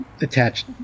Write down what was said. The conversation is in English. attached